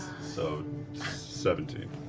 so seventeen.